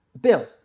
Bill